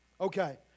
okay